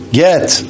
get